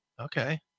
Okay